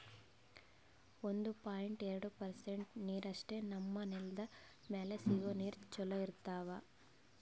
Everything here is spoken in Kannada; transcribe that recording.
ಒಂದು ಪಾಯಿಂಟ್ ಎರಡು ಪರ್ಸೆಂಟ್ ನೀರಷ್ಟೇ ನಮ್ಮ್ ನೆಲ್ದ್ ಮ್ಯಾಲೆ ಸಿಗೋ ನೀರ್ ಚೊಲೋ ಇರ್ತಾವ